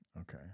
Okay